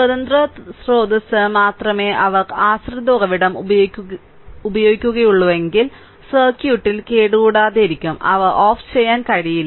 സ്വതന്ത്ര സ്രോതസ്സ് മാത്രമേ അവർ ആശ്രിത ഉറവിടം ഉപയോഗിക്കുകയുള്ളൂവെങ്കിൽ സർക്യൂട്ടിൽ കേടുകൂടാതെയിരിക്കും അവ ഓഫ് ചെയ്യാൻ കഴിയില്ല